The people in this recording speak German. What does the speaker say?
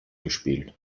gespielt